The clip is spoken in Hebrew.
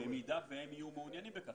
נכון, במידה והם יהיו מעוניינים בכך.